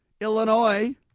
Illinois